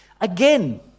again